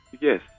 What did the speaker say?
Yes